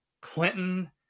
Clinton